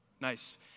Nice